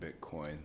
Bitcoin